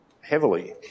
heavily